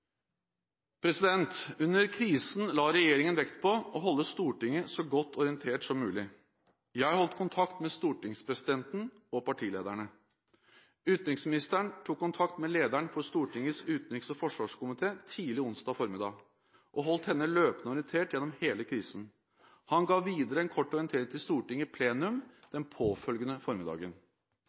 Under krisen la regjeringen vekt på å holde Stortinget så godt orientert som mulig. Jeg holdt kontakt med stortingspresidenten og partilederne. Utenriksministeren tok kontakt med lederen for Stortingets utenriks- og forsvarskomité tidlig onsdag formiddag, og holdt henne løpende orientert gjennom hele krisen. Han ga videre en kort orientering til Stortinget i plenum den påfølgende formiddagen.